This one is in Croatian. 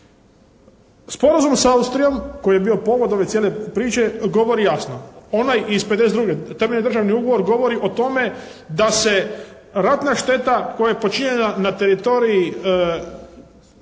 Sporazum sa Austrijom koji je bio povod cijele ove priče govori jasno, onaj iz '52. temeljni državni ugovor o tome da se ratna šteta koja je počinjena na teritoriju